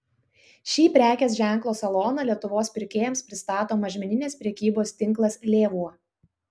šį prekės ženklo saloną lietuvos pirkėjams pristato mažmeninės prekybos tinklas lėvuo